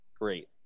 Great